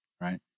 right